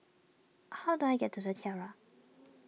how do I get to the Tiara